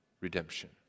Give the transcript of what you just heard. redemption